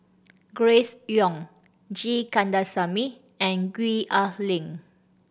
Grace Young G Kandasamy and Gwee Ah Leng